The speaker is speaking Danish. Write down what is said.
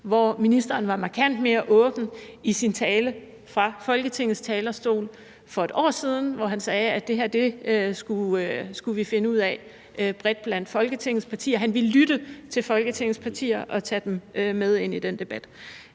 mens ministeren var markant mere åben i sin tale fra Folketingets talerstol for et år siden, hvor han sagde, at det her skulle vi finde ud af bredt blandt Folketingets partier, at han ville lytte til Folketingets partier og tage dem med ind i den debat.